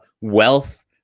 wealth